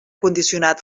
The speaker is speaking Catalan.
condicionat